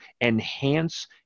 enhance